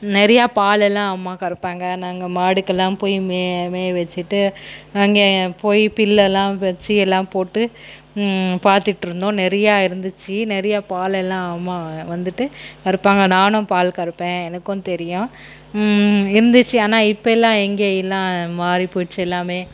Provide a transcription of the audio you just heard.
நிறையா பால் எல்லாம் அம்மா கறப்பாங்க நாங்கள் மாடுங்கெல்லாம் போய் மேய வெச்சிட்டு அங்கே போய் புல் எல்லாம் வெச்சி எல்லாம் போட்டு பார்த்துட்டு இருந்தோம் நிறையா இருந்துச்சு நிறையா பால் எல்லாம் அம்மா வந்துவிட்டு கறப்பாங்க நானும் பால் கறப்பேன் எனக்கும் தெரியும் இருந்துச்சு ஆனால் இப்போ எல்லாம் எங்கே எல்லாம் மாறி போச்சு எல்லாமே